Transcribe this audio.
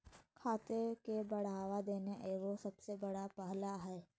खेती के बढ़ावा देना एगो सबसे बड़ा पहल हइ